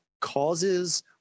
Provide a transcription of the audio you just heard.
causes